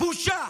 בושה.